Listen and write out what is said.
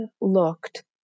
looked